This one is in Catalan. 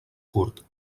curt